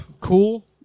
Cool